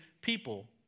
people